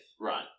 Right